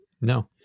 no